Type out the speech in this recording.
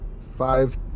five